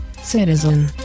citizen